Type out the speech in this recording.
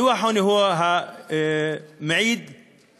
דוח העוני הוא המעיד בבירור,